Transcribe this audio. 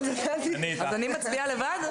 אז אני מצביעה לבד?